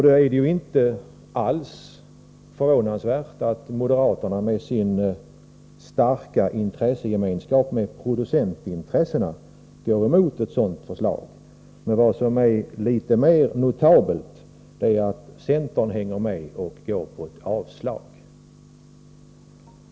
Då är det ju inte alls förvånansvärt att moderaterna med sin starka intressegemenskap med producentintressena går emot ett sådant förslag. Vad som är litet mer notabelt är att centern hänger med och går på avslagslinjen.